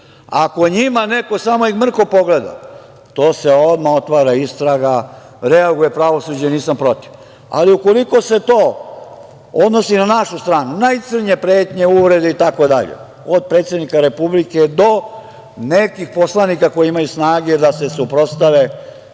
Ako njih neko samo mrko pogleda, to se odmah otvara istraga, reaguje pravosuđe i nisam protiv, ali ukoliko se to odnosi na našu stranu, najcrnje pretnje, uvrede itd, od predsednika Republike do nekih poslanika koji imaju snage da se suprotstave